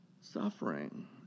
suffering